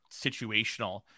situational